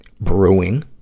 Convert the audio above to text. Brewing